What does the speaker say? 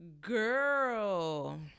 girl